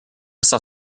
saw